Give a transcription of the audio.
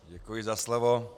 Děkuji za slovo.